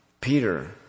Peter